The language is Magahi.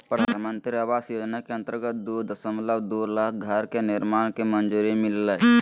प्रधानमंत्री आवास योजना के अंतर्गत दू दशमलब दू लाख घर के निर्माण के मंजूरी मिललय